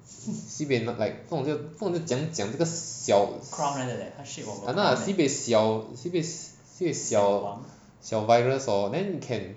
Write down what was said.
sibei like 那种那种叫怎样讲那个小 si~ si~ !hannah! sibei sibei 小 virus hor then can